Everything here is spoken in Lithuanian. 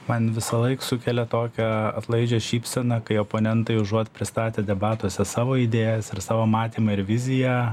man visąlaik sukelia tokią atlaidžią šypseną kai oponentai užuot pristatę debatuose savo idėjas ir savo matymą ir viziją